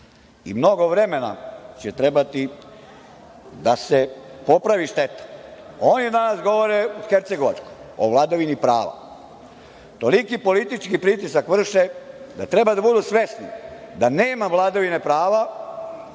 Mnogo vremena će trebati da se popravi šteta. Oni danas govore o Hercegovačkoj, o vladavini prava. Toliki politički pritisak vrše da treba da budu svesni da nema vladavine prava